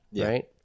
right